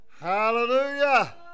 hallelujah